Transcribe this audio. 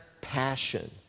passion